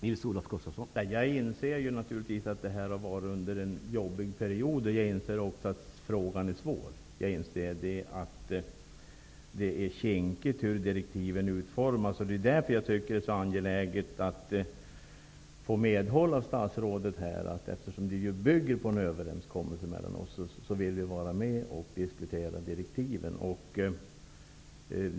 Herr talman! Naturligtvis inser jag att det har varit en jobbig period. Jag inser också att frågan är svår, och att det är kinkigt hur man skall utforma direktiven. Det är därför som det är så angeläget att få statsrådets medhåll i detta sammanhang. Eftersom det bygger på en överenskommelse mellan regeringen och oss socialdemokrater vill vi vara med och diskutera direktiven.